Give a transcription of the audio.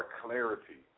clarity